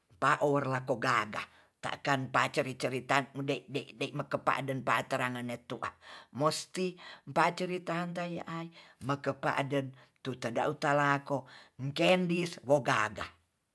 Paor lako gaga takan paceri-cerita mude-de-dei mengepa den paterangan ne tu ah musti pacerita tantei ai mekepade tutedau talako kendis wo gaga